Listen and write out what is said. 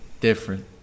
different